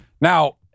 Now